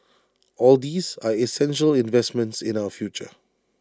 all these are essential investments in our future